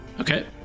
Okay